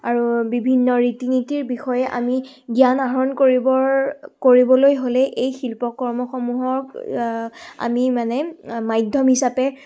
আৰু বিভিন্ন ৰীতি নীতিৰ বিষয়ে আমি জ্ঞান আহৰণ কৰিবৰ কৰিবলৈ হ'লে এই শিল্পকৰ্মসমূহক আমি মানে মাধ্যম হিচাপে